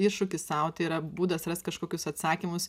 iššūkį sau tai yra būdas rast kažkokius atsakymus